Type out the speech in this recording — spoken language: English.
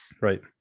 Right